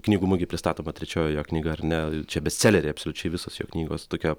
knygų mugėj pristatoma trečioji jo knyga ar ne čia bestseleriai absoliučiai visos jo knygos tokio